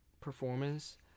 performance